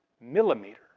millimeter